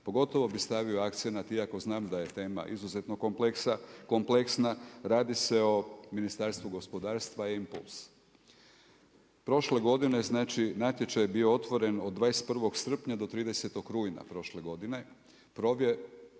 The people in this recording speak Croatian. Pogotovo bi stavio akcenat iako znam da je tema izuzetno kompleksna, radi se o Ministarstvu gospodarstva E-impuls. Prošle godine natječaj je bio otvoren od 21. srpnja do 30. rujna, napravljena